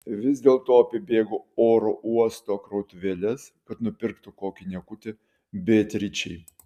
vis dėlto apibėgo oro uosto krautuvėles kad nupirktų kokį niekutį beatričei